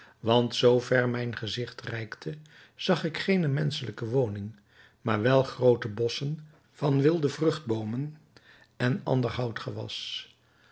want zoo ver mijn gezigt reikte zag ik geene menschelijke woning maar wel groote bosschen van wilde vruchtboomen en ander houtgewas